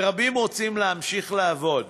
ורבים רוצים להמשיך לעבוד.